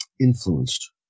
influenced